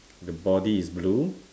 the body is blue